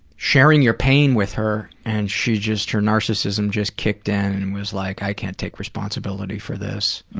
sharing your pain with her, and she just her narcissism just kicked in and was like, i can't take responsibility for this.